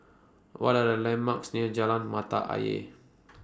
What Are The landmarks near Jalan Mata Ayer